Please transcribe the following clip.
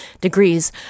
degrees